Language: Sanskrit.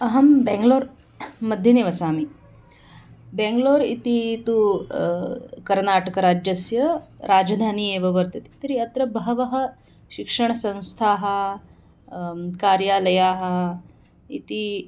अहं बेङ्गलोर् मध्ये निवसामि बेङ्गलोर् इति तु कर्नाटकराज्यस्य राजधानी एव वर्तते तर्हि अत्र बहवः शिक्षणसंस्थाः कार्यालयाः इति